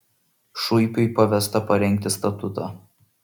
šuipiui pavesta parengti statutą